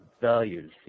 values